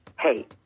Hey